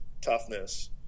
toughness